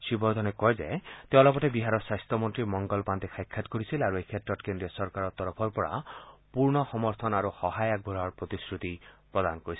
শ্ৰীবৰ্ধনে কয় যে তেওঁ অলপতে বিহাৰৰ স্বাস্থমন্তী মংগল পাণ্ডেক সাক্ষাৎ কৰিছিল আৰু এইক্ষেত্ৰত কেন্দ্ৰীয় চৰকাৰৰ তৰফৰ পৰা পূৰ্ণ সমৰ্থন আৰু সহায় আগবঢ়োৱাৰ প্ৰতিশ্ৰতি প্ৰদান কৰিছিল